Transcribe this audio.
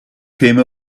came